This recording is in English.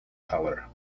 color